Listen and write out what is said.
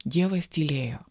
dievas tylėjo